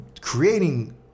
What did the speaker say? creating